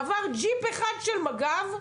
עבר הג'יפ אחד של מג"ב,